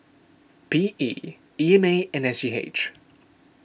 P E E M A and S G H